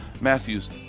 Matthew's